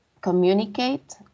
communicate